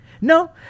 No